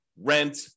rent